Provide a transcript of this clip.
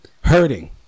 hurting